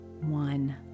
one